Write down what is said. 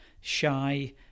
shy